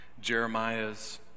Jeremiah's